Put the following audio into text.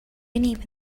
even